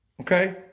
Okay